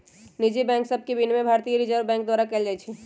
निजी बैंक सभके विनियमन भारतीय रिजर्व बैंक द्वारा कएल जाइ छइ